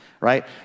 right